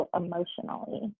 emotionally